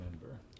remember